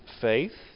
faith